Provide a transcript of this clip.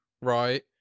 right